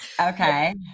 okay